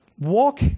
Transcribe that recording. walk